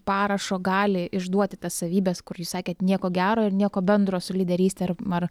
parašo gali išduoti tas savybes kur jūs sakėt nieko gero ir nieko bendro su lyderyste ar ar